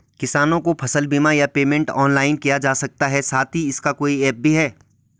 किसानों को फसल बीमा या पेमेंट ऑनलाइन किया जा सकता है साथ ही इसका कोई ऐप भी है?